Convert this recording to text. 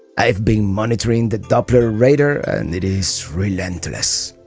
i've been monitoring the doppler radar and it is relentless.